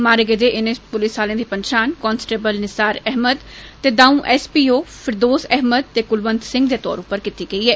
मारे गेदे इनें पुलसकर्मी दी पंछान कांस्टेवल निसार अहमद ते दंऊ S P O Firdous Ahmad ते कुलवंत सिंह दे तौर पर कीती गेई ऐ